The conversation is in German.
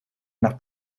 nach